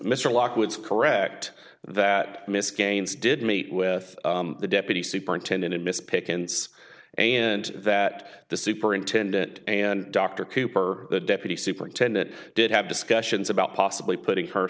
mr lockwood's correct that miss gaines did meet with the deputy superintendent and mrs pickens and that the superintendent and dr cooper the deputy superintendent did have discussions about possibly putting her